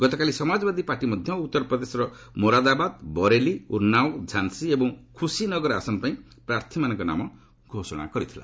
ଗତକାଲି ସମାଜବାଦୀ ପାର୍ଟି ମଧ୍ୟ ଉତ୍ତରପ୍ରଦେଶର ମୋରାଦାବାଦ ବରେଲି ଉନ୍ନାଓ ଝାନ୍ସୀ ଏବଂ ଖୁସୀନଗର ଆସନ ପାଇଁ ପ୍ରାର୍ଥୀମାନଙ୍କ ନାମ ଘୋଷଣା କରିଥିଲା